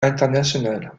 international